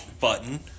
button